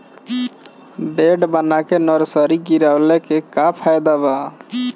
Bed बना के nursery गिरवले के का फायदा बा?